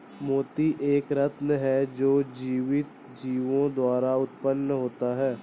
मोती एक रत्न है जो जीवित जीवों द्वारा उत्पन्न होता है